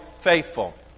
faithful